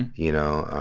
and you know.